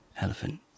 elephant